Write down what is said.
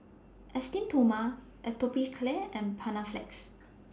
Esteem Stoma Atopiclair and Panaflex